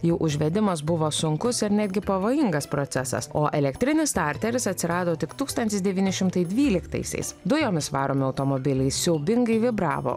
jų užvedimas buvo sunkus ir netgi pavojingas procesas o elektrinis starteris atsirado tik tūkstantis devyni šimtai dvyliktaisiais dujomis varomi automobiliai siaubingai vibravo